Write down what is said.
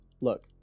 look